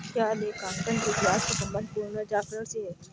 क्या लेखांकन के इतिहास का संबंध पुनर्जागरण से है?